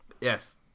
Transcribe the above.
Yes